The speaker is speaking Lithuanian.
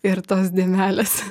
ir tos dėmelės